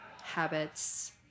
habits